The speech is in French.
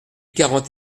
quarante